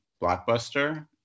Blockbuster